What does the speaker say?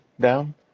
down